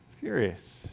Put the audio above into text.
Furious